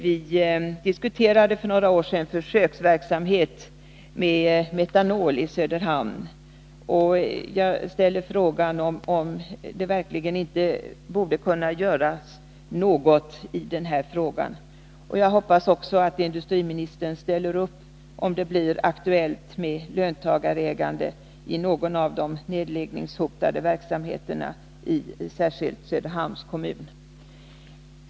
Vi diskuterade för några år sedan försöksverksamhet med metanol i Söderhamn. Jag ställer verkligen frågan, om det inte borde kunna göras någonting i den saken. Jag hoppas också att industriministern ställer upp om det blir aktuellt med löntagarägande i någon av de neddragningshotade verksamheterna i särskilt Söderhamns kommun.